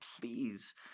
please